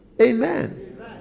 Amen